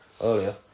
earlier